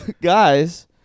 guys